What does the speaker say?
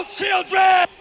children